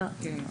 כן.